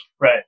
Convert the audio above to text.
Right